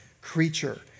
creature